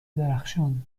درخشان